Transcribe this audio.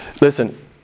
Listen